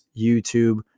YouTube